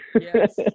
yes